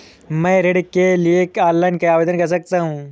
क्या मैं ऋण के लिए ऑनलाइन आवेदन कर सकता हूँ?